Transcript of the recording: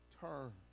turn